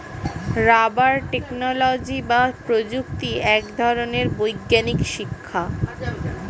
rubber technology বা প্রযুক্তি এক ধরনের বৈজ্ঞানিক শিক্ষা